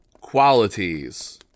qualities